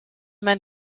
mein